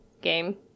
game